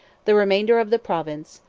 the remainder of the province,